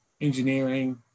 engineering